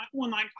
online